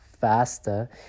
faster